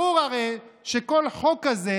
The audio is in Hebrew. הרי ברור שכל חוק כזה,